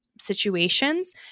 situations